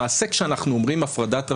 למעשה כשאנחנו אומרים הפרדת רשויות,